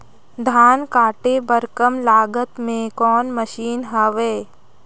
धान काटे बर कम लागत मे कौन मशीन हवय?